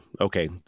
okay